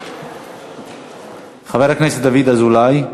חבר הכנסת דוד אזולאי,